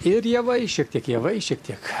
ir javai šiek tiek javai šiek tiek